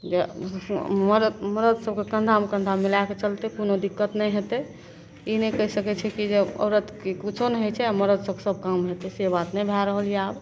जे मरद मरद सभकेँ कन्धामे कन्धा मिलैके चलतै कोनो दिक्कत नहि हेतै ई नहि कहि सकै छै कि जे औरतके किछु नहि होइ छै आओर मरदसे सब काम हेतै से बात नहि भै रहल यऽ आब